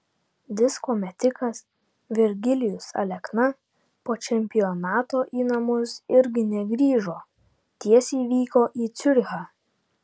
disko metikas virgilijus alekna po čempionato į namus irgi negrįžo tiesiai vyko į ciurichą